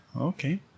Okay